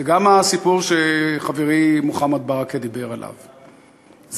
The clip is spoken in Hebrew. זה גם הסיפור שחברי מוחמד ברכה דיבר עליו,